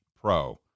pro